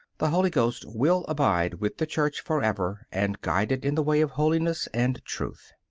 the holy ghost will abide with the church forever, and guide it in the way of holiness and truth.